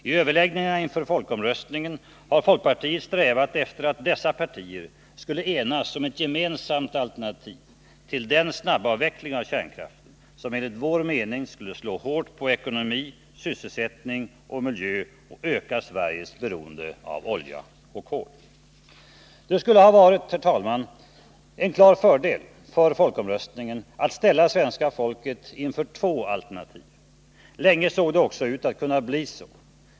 I överläggningarna inför folkomröstningen har folkpartiet strävat efter att dessa partier skulle enas om ett gemensamt alternativ till den snabbavveckling av kärnkraften som enligt vår mening skulle slå hårt på ekonomi, sysselsättning och miljö och öka Sveriges beroende av olja och kol. Det skulle, herr talman, ha varit en klar fördel för folkomröstningen att ställa svenska folket inför två alternativ. Länge såg det också ut att kunna bli så.